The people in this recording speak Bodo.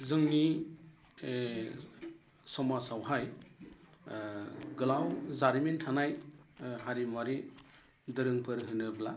जोंनि समाजावहाय गोलाव जारिमिन थानाय हारिमुवारि दोरोंफोर होनोब्ला